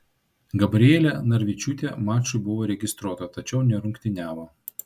gabrielė narvičiūtė mačui buvo registruota tačiau nerungtyniavo